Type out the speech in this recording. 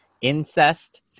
Incest